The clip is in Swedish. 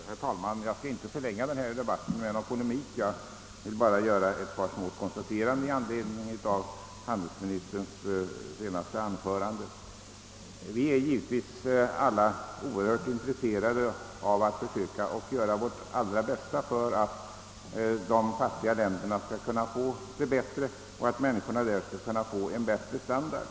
Herr talman! Jag skall inte förlänga denna debatt med någon polemik. Jag vill bara göra ett konstaterande i anledning av handelsministerns senaste anförande. Vi är givetvis alla oerhört intresserade av att försöka göra vårt allra bästa för att de fattiga länderna skall kunna få det bättre, så att människorna där skall uppnå en högre standard.